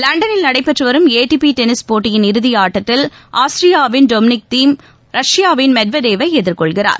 லண்டனில் நடைபெற்று வரும் ஏடிபி டென்னிஸ் போட்டியின் இறுதியாட்டத்தில் ஆஸ்திரியாவின் டொமினிக் தீம் ரஷ்யாவின் மெத்வதேவை எதிர்கொள்கிறார்